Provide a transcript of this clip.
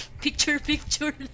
picture-picture